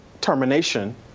termination